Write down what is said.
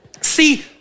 See